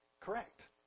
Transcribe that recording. correct